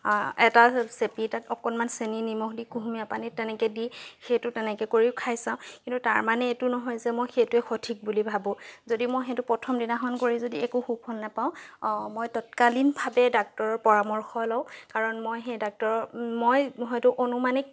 এটা চেপি তাত অকণমান চেনি নিমখ দি কুহুমীয়া পানীত তেনেকৈ দি সেইটো তেনেকৈ কৰিও খাই চাওঁ কিন্তু তাৰ মানে এইটো নহয় যে মই সেইটোৱে সঠিক বুলি ভাবো যদি মই সেইটো প্ৰথম দিনাখন কৰি যদি একো সুফল নাপাও মই তৎকালীনভাবে ডাক্টৰৰ পৰামৰ্শ লওঁ কাৰণ মই সেই ডাক্টৰৰ মই হয়তো অনুমানিক